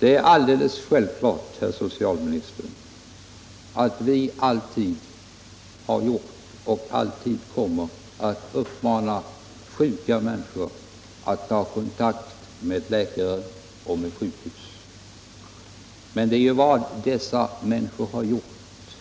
Det är givet, herr socialminister, att vi som hittills alltid kommer att uppmana sjuka människor att ta kontakt med läkare och sjukhus. Men det är just vad de människor det här gäller har gjort